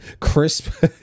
crisp